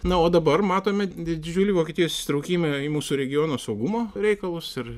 na o dabar matome didžiulį vokietijos įsitraukimą į mūsų regiono saugumo reikalus ir